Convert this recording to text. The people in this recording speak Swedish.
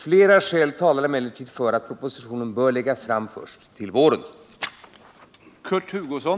Flera skäl talar emellertid för att propositionen bör läggas fram först till våren.